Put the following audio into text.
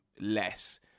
less